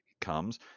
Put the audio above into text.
comes